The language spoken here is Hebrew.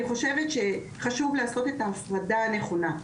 אני חושבת שזה חשוב לעשות את ההפרדה הנכונה,